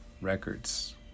records